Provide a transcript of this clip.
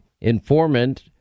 informant